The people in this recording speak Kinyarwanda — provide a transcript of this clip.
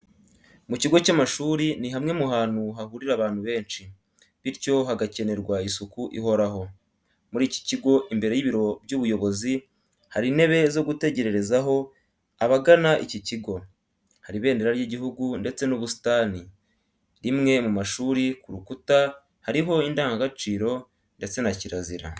Mu kigo cy'amashuri ni hamwe mu hantu hahurira abantu benshi, bityo hagakenerwa isuku ihoraro. muri iki kigo imbere y'ibiro by'ubuyobozi hari intebe zo gutegerezaho abagana icyi kigo, hari ibendera ry'igihugu ndetse n'ubusitani, rimwe mu mashuri ku rukuta hariho indangagaciro ndetse na kirazira.